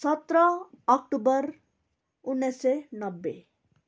सत्र अक्टोबर उन्नाइस सय नब्बे